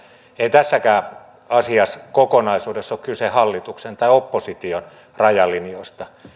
ei tässäkään asiassa kokonaisuudessa ole kyse hallituksen tai opposition rajalinjoista